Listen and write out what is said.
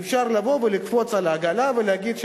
אפשר לבוא ולקפוץ על העגלה ולהגיד: